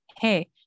Hey